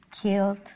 killed